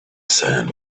sand